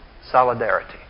solidarity